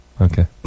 okay